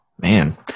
Man